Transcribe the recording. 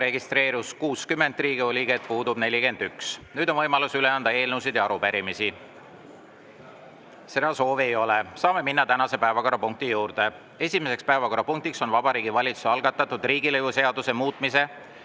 registreerus 60 Riigikogu liiget, puudub 41. Nüüd on võimalus üle anda eelnõusid ja arupärimisi. Seda soovi ei ole. Saame minna tänase päevakorrapunkti juurde. Esimene päevakorrapunkt on Vabariigi Valitsuse algatatud riigilõivuseaduse muutmise